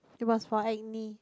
it was for acne